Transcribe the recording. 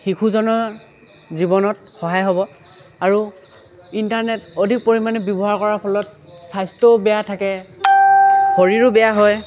শিশুজনৰ জীৱনত সহায় হ'ব আৰু ইণ্টাৰনেট অধিক পৰিমাণে ব্যৱহাৰ কৰাৰ ফলত স্বাস্থ্যও বেয়া থাকে শৰীৰো বেয়া হয়